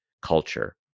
culture